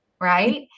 right